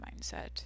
mindset